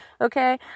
okay